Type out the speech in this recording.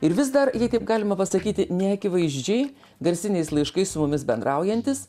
ir vis dar taip galima pasakyti neakivaizdžiai garsiniais laiškais su mumis bendraujantis